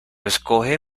escoge